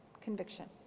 conviction